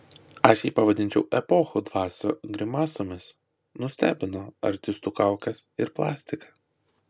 aš jį pavadinčiau epochų dvasių grimasomis nustebino artistų kaukės ir plastika